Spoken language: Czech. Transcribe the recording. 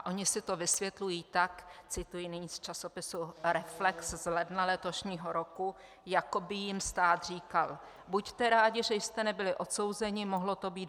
Oni si to vysvětlují tak cituji nyní z časopisu Reflex z ledna letošního roku jako by jim stát říkal: Buďte rádi, že jste nebyli odsouzeni, mohlo to být horší.